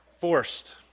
forced